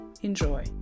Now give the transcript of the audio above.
Enjoy